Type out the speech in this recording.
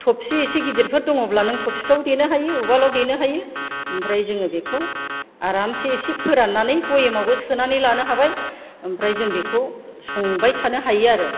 थबसि एसे गिदिरफोर दङब्ला नों थबसिफोराव देनो हायो उवालाव देनो हायो ओमफ्राय जोङो बेखौ आरामसे एसे फोराननानै भयेमावबो सोनानै लानो हाबाय ओमफ्राय जों बेखौ संबाय थानो हायो आरो